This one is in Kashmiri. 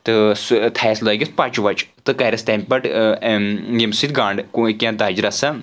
تہٕ سُہ تھایَس لٲگِتھ پچہِ وچہِ تہٕ کَریس تَمہِ پؠٹھ ییٚمہِ سۭتۍ گانڈ کینٛہہ دَجہِ رَژھَا